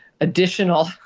additional